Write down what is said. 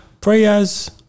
prayers